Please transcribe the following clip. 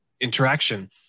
interaction